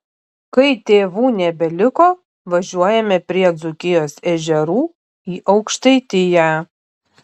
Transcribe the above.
kai tėvų nebeliko važiuojame prie dzūkijos ežerų į aukštaitiją